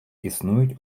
існують